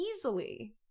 easily